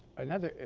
another ah.